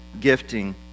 gifting